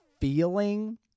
feeling